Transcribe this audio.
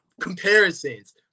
comparisons